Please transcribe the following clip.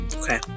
Okay